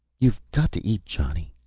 you've got to eat, johnny,